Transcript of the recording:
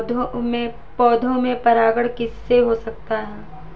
पौधों में परागण किस किससे हो सकता है?